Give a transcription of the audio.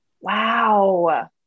Wow